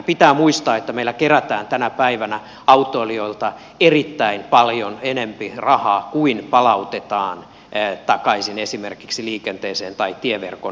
pitää muistaa että meillä kerätään tänä päivänä autoilijoilta erittäin paljon enempi rahaa kuin palautetaan takaisin esimerkiksi liikenteeseen tai tieverkon ylläpitoon